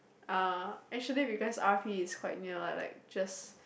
uh actually because R_P is quite near lah like just